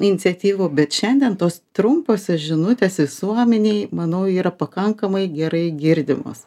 iniciatyvų bet šiandien tos trumposios žinutės visuomenei manau yra pakankamai gerai girdimos